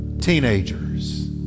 teenagers